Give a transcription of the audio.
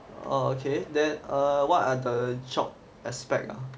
orh okay then err what are the job aspect lah